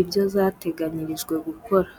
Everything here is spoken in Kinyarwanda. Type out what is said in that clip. ibyo zateganyirijwe gukora.